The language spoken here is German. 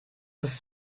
ist